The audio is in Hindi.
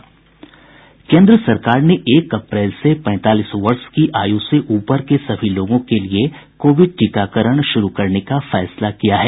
केंद्र सरकार ने एक अप्रैल से पैंतालीस वर्ष की आयु से ऊपर के सभी लोगों के लिए कोविड टीकाकरण शुरू करने का फैसला किया है